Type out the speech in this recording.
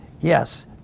yes